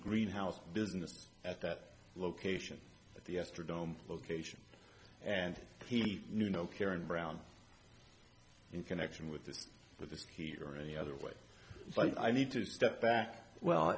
greenhouse business at that location at the astrodome location and he knew no karen brown in connection with this with this key or any other way so i need to step back well